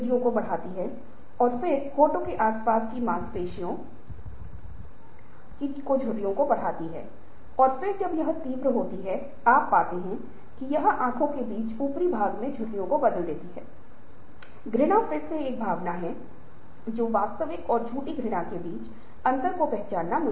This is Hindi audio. पुराने लोग जो संगठन में थे वे कहेंगे कि यह उनके लिए चुनौती है और आप उनके व्यवहार और कौशल को नहीं बदल सकते क्योंकि पुराने कुत्ते को नई चालें सिखाना बहुत मुश्किल है